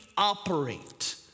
operate